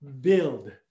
build